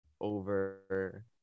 over